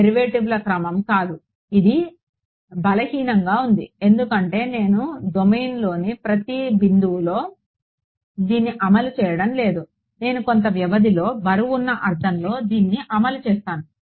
డెరివేటివ్ల క్రమం కాదు ఇది బలహీనంగా ఉంది ఎందుకంటే నేను డొమైన్లోని ప్రతి బిందువులో దీన్ని అమలు చేయడం లేదు నేను కొంత వ్యవధిలో బరువున్న అర్థంలో దీన్ని అమలు చేస్తున్నాను